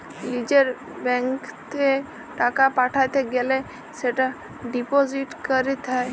লিজের ব্যাঙ্কত এ টাকা পাঠাতে গ্যালে সেটা ডিপোজিট ক্যরত হ্য়